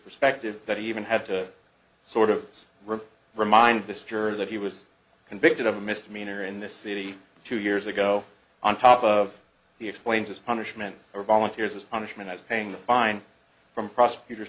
perspective that even have to sort of were reminded this jury that he was convicted of a misdemeanor in this city two years ago on top of the explains his punishment or volunteers as punishment as paying the fine from prosecutor